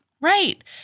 Right